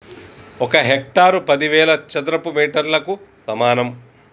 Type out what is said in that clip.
ఒక హెక్టారు పదివేల చదరపు మీటర్లకు సమానం